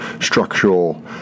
structural